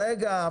רגע, רגע.